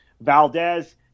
Valdez—